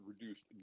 reduced